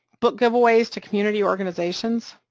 book giveaways to community organizations,